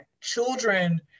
children